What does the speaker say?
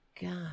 God